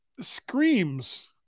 screams